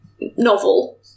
novel